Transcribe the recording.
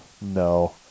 no